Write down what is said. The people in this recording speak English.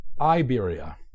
IBERIA